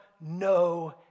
no